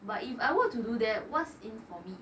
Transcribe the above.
but if I were to do that what in for me